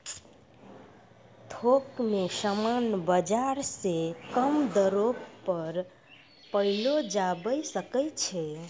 थोक मे समान बाजार से कम दरो पर पयलो जावै सकै छै